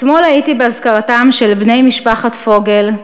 אתמול הייתי באזכרתם של בני משפחת פוגל,